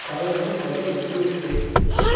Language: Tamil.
காயாவில் வெதர் எப்படி இருக்குது